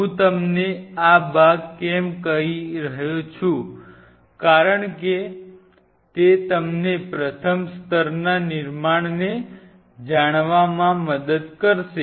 હું તમને આ ભાગ કેમ કહી રહ્યો છું કારણ કે તે તમને પ્રથમ સ્તરના નિર્માણને જાણવામાં મદદ કરશે